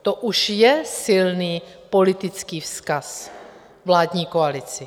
To už je silný politický vzkaz vládní koalici.